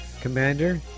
Commander